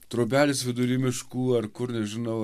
trobelės vidury miškų ar kur nežinau